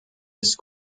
ist